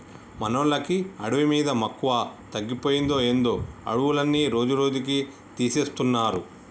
మనోళ్ళకి అడవి మీద మక్కువ తగ్గిపోయిందో ఏందో అడవులన్నీ రోజురోజుకీ తీసేస్తున్నారు